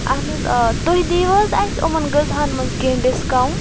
اہَن حظ آ تُہۍ دی یِو حظ اَسہِ یِمَن غذہَن منٛز کینٛہہ ڈِسکاوُنٛٹ